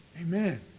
Amen